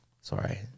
sorry